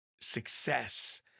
success